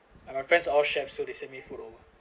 and my friends all chefs so they sent me food over